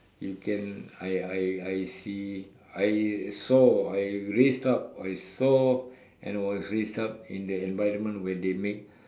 you can I I I see I saw I raised up I saw and I was raised up in the environment where they made